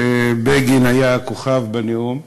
ובגין היה כוכב בנאום הזה.